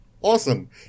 awesome